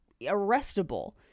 arrestable